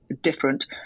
different